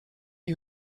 you